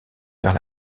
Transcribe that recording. vers